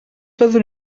fyddwn